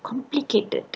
complicated